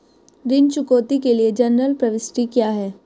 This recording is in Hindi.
ऋण चुकौती के लिए जनरल प्रविष्टि क्या है?